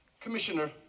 commissioner